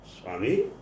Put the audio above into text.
Swami